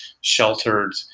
sheltered